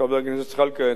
חבר הכנסת זחאלקה,